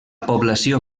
població